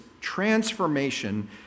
transformation